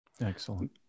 Excellent